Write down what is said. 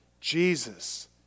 Jesus